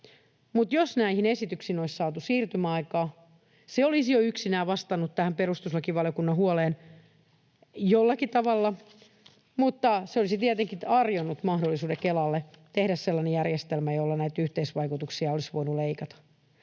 Jos näihin esityksiin olisi saatu siirtymäaikaa, se olisi jo yksinään vastannut tähän perustuslakivaliokunnan huoleen jollakin tavalla, mutta se olisi tietenkin tarjonnut mahdollisuuden Kelalle tehdä sellainen järjestelmä, jolla näitä yhteisvaikutuksia olisi voinut leikata.